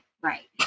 right